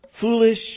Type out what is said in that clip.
Foolish